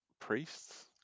priests